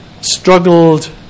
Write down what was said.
struggled